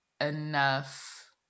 enough